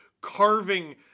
carving